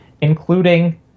including